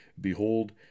behold